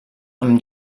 amb